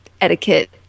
etiquette